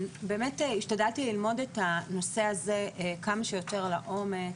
השתדלתי ללמוד את הנושא הזה כמה שיותר לעומק.